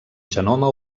genoma